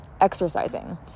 exercising